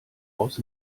aus